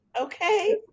okay